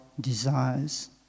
desires